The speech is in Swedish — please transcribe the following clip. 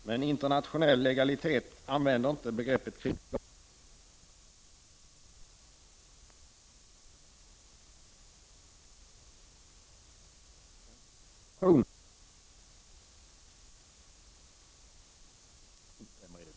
Men enligt internationell legalitet används inte begreppet krigsskadestånd i det här fallet.